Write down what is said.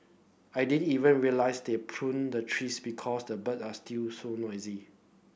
I didn't even realise they pruned the trees because the bird are still so noisy